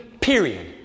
period